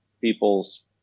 people's